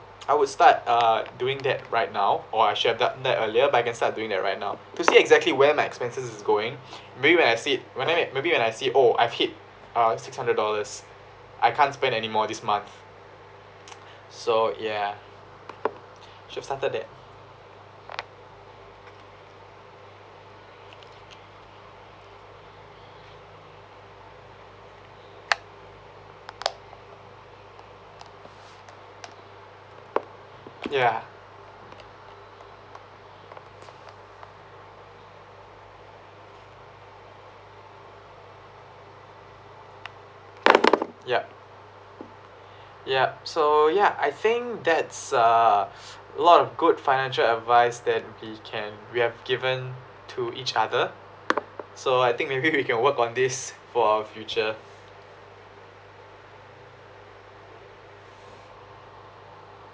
I would start uh doing that right now or I should have gotten that earlier but I can start doing that right now to see exactly where my expenses is going maybe when I see mayb~ maybe when I see oh I've hit uh six hundred dollars I can't spend anymore this month so ya should've started that ya ya ya so yeah I think that's uh lot of good financial advice that we can we have given to each other so I think maybe we can work on this for our future